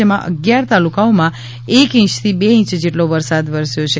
જેમાં અગિયાર તાલુકાઓમાં એક ઇંચ થી બે ઇંચ જેટલો વરસાદ વરસ્યો છે